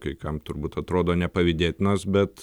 kai kam turbūt atrodo nepavydėtinas bet